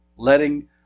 Letting